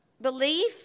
belief